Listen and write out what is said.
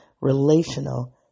Relational